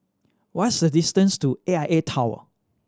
what is the distance to A I A Tower